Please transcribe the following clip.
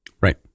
Right